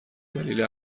دلیل